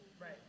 Right